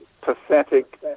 pathetic